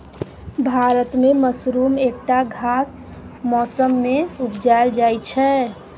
भारत मे मसरुम एकटा खास मौसमे मे उपजाएल जाइ छै